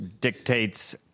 dictates